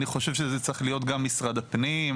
אני חושב שזה צריך להיות גם משרד הפנים,